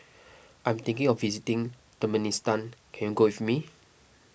I am thinking of visiting Turkmenistan can you go with me